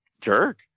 jerk